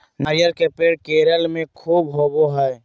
नारियल के पेड़ केरल में ख़ूब होवो हय